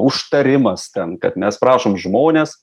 užtarimas ten kad mes prašom žmones